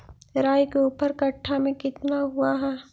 राई के ऊपर कट्ठा में कितना हुआ है?